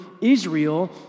Israel